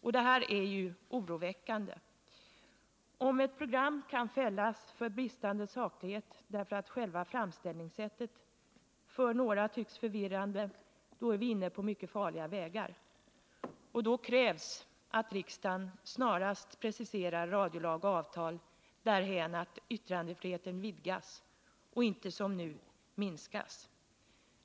Detta är oroväckande. Om ett program kan fällas för bristande saklighet därför att själva framställningssättet för några tycks förvirrande, är vi inne på mycket farliga vägar. Då krävs att riksdagen snarast preciserar radiolag och radioavtal därhän att yttrandefriheten vidgas och inte som nu minskas.